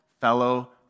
fellow